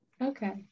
Okay